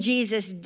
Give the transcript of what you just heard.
Jesus